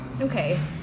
Okay